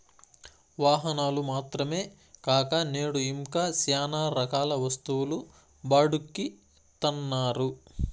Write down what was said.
వాహనాలు మాత్రమే కాక నేడు ఇంకా శ్యానా రకాల వస్తువులు బాడుక్కి ఇత్తన్నారు